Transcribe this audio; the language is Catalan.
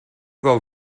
del